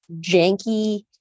janky